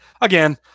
again